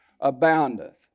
aboundeth